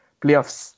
playoffs